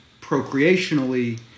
procreationally